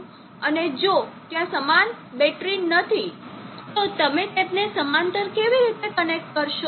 અને જો ત્યાં સમાન બેટરી નથી તો તમે તેમને સમાંતર કનેક્ટ કેવી રીતે કરશો